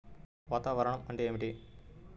వాతావరణం అంటే ఏమిటి?